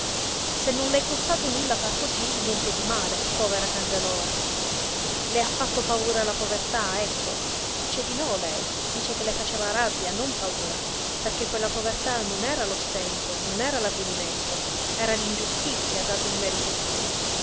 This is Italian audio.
se non le è costato nulla far cosí niente di male povera candelora le ha fatto paura la povertà ecco dice di no lei dice che le faceva rabbia non paura perché quella povertà non era lo stento non era l'avvilimento era l'ingiustizia dato il merito di lui